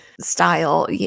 style